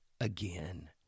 again